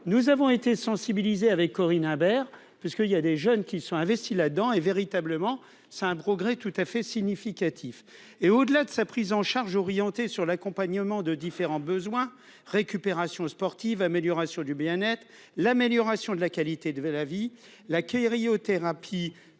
nous avons été sensibilisés avec Corinne Imbert parce qu'il y a des jeunes qui sont investis là-dedans et véritablement c'est un progrès tout à fait significatif et, au-delà de sa prise en charge orienté sur l'accompagnement de différents besoins récupération sportive, amélioration du bien-être, l'amélioration de la qualité de la vie, l'accueil Rio thérapie